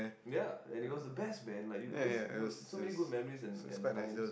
ya and it was the best man like you just you so many good memories and and times